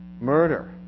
murder